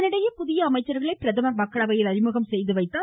இதனிடையே புதிய அமைச்சர்களை பிரதமர் மக்களவையில் அறிமுகம் செய்துவைத்தார்